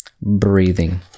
Breathing